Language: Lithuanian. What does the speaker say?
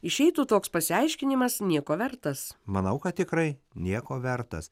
manau kad tikrai nieko vertas